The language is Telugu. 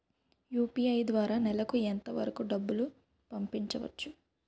యు.పి.ఐ ద్వారా నెలకు ఎంత వరకూ డబ్బులు పంపించవచ్చు?